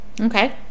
okay